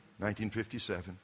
1957